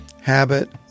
habit